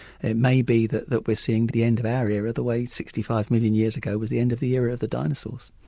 it may be that that we're seeing the end of our era the way sixty five million years ago was the end of the era of the dinosaurs.